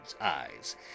eyes